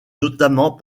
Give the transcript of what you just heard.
notamment